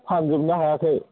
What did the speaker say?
फानजोबनो हायाखै